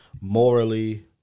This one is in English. morally